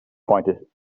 pointed